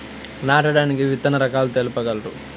నాటడానికి విత్తన రకాలు తెలుపగలరు?